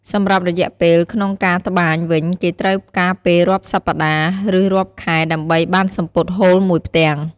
សម្រាប់រយៈពេលលក្នុងការត្បាយវិញគេត្រូវការពេលរាប់សប្ដាហ៍ ឬរាប់ខែដើម្បីបានសំពត់ហូលមួយផ្ទាំង។